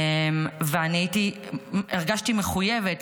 הרגשתי מחויבת,